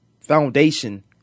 foundation